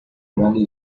valley